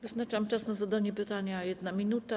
Wyznaczam czas na zadanie pytania na 1 minutę.